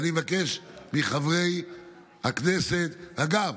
אגב,